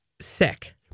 Sick